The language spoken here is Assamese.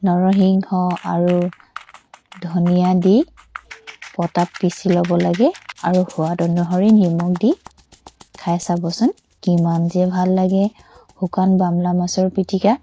নৰসিংহ আৰু ধনিয়া দি পতাত পিচি ল'ব লাগে আৰু সোৱাদ অনুসৰি নিমখ দি খাই চাবচোন কিমান যে ভাল লাগে শুকান বাম্লা মাছৰ পিটিকা